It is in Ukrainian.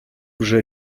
вже